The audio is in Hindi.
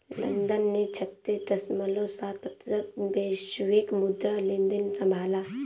लंदन ने छत्तीस दश्मलव सात प्रतिशत वैश्विक मुद्रा लेनदेन संभाला